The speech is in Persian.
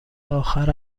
آخر